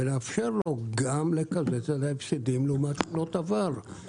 ונאפשר לו גם --- על ההפסדים לעומת --- עבר".